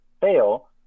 fail